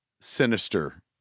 sinister